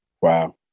Wow